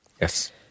Yes